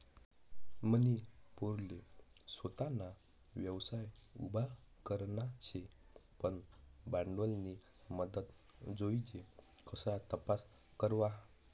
मनी पोरले सोताना व्यवसाय उभा करना शे पन भांडवलनी मदत जोइजे कशा तपास करवा?